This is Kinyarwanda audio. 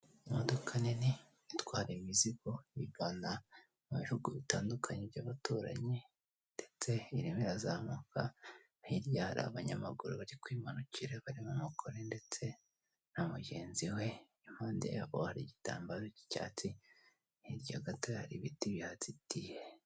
Imodoka nini itwara imizigo igana mu bihugu bitandukanye by'abaturanyi ndetse ireme irazamuka hiry hari abanyamaguru bari kwimanukira barimo umugore ndetse na mugenzi we iruhande yaho hari igitambaro cy'icyatsi hirya gato hari ibiti bihazitiye.